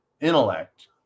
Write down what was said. intellect